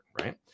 right